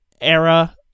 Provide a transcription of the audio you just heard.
era